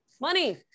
money